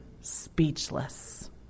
speechless